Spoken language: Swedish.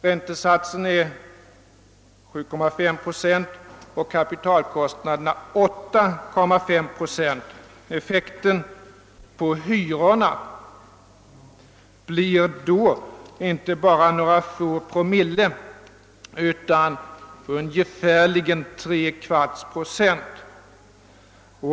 Räntesatsen är 7,9 procent, och kapitalkostnaden 8,5 procent. Effekten på hyrorna blir då inte bara några få promille utan ungefärligen 3/, procent.